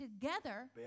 together